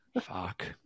Fuck